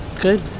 good